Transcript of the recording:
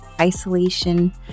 isolation